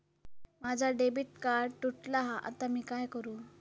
माझा debit card तुटला हा आता मी काय करू?